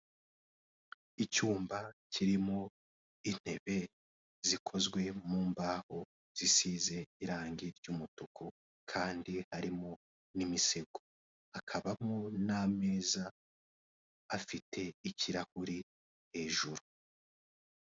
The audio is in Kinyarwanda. Icyumba kirimo intebe zikozwe mu mbaho zisize irange ry'umutuku kandi harimo n'imisego hakabamo n'ameza afite ikirahure hejuru.